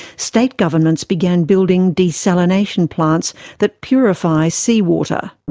state governments began building desalination plants that purify seawater.